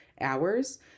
hours